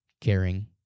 caring